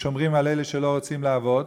ששומרים על אלה שלא רוצים לעבוד,